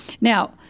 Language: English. Now